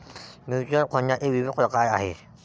mutual फंडाचे विविध प्रकार आहेत